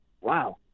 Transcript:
wow